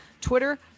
Twitter